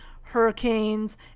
hurricanes